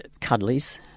cuddlies